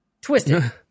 twisted